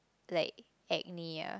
like acne ah